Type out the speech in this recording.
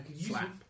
Slap